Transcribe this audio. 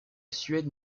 suède